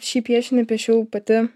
šį piešinį piešiau pati